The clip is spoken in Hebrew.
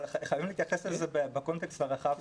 אבל חייבים להתייחס לזה בקונטקסט הרחב יותר.